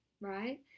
right